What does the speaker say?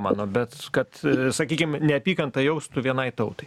mano bet kad sakykim neapykantą jaustų vienai tautai